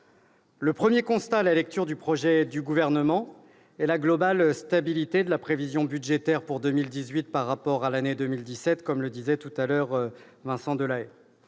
Le premier constat à la lecture du projet du Gouvernement est la globale stabilité de la prévision budgétaire pour 2018 par rapport à l'année 2017, comme l'a souligné mon collègue Vincent Delahaye.